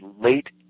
late